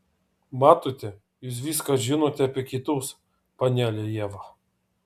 matote jūs viską žinote apie kitus panele ieva